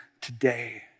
today